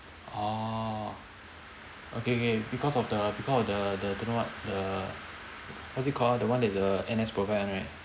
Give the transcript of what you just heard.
orh okay K because of the because of the the don't know the what is it called ah the one that the N_S programme [one] right